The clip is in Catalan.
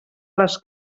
les